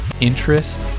Interest